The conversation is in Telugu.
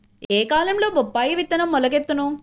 ఏ కాలంలో బొప్పాయి విత్తనం మొలకెత్తును?